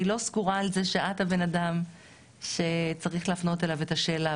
אני לא סגורה שאת הבן אדם אליו צריך להפנות את השאלה,